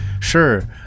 Sure